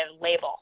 label